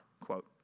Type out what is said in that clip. quote